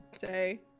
say